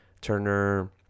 Turner